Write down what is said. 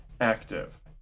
active